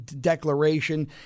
declaration